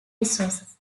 resources